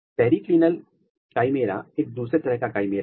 periclinal chimera एक दूसरे तरह का काईमेरा है